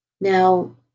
Now